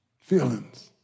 Feelings